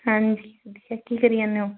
ਹਾਂਜੀ ਤੁਸੀਂ ਕੀ ਕਰੀ ਜਾਦੇ ਹੋ